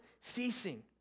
ceasing